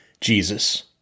Jesus